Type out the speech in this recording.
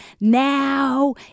now